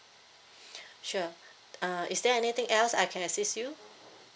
sure uh is there anything else I can assist you